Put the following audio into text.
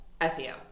SEO